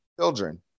children